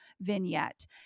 vignette